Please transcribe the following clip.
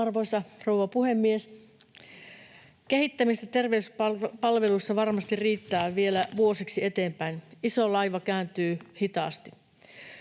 Arvoisa rouva puhemies! Kehittämistä terveyspalveluissa varmasti riittää vielä vuosiksi eteenpäin. Iso laiva kääntyy hitaasti.